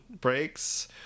breaks